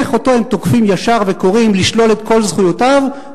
איך אותו הם תוקפים ישר וקוראים לשלול את כל זכויותיו,